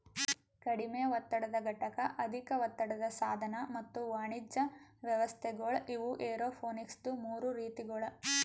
ಕಡಿಮೆ ಒತ್ತಡದ ಘಟಕ, ಅಧಿಕ ಒತ್ತಡದ ಸಾಧನ ಮತ್ತ ವಾಣಿಜ್ಯ ವ್ಯವಸ್ಥೆಗೊಳ್ ಇವು ಏರೋಪೋನಿಕ್ಸದು ಮೂರು ರೀತಿಗೊಳ್